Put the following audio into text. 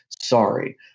Sorry